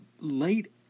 late